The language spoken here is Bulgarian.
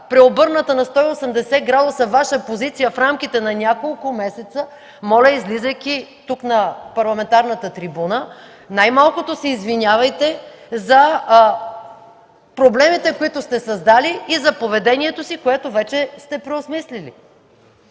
преобърната на 180 градуса Ваша позиция в рамките на няколко месеца, излизайки на парламентарната трибуна, най-малкото се извинявайте за проблемите, които сте създали и за поведението си, което вече сте преосмислили.